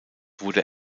wurde